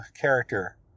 character